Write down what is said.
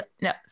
no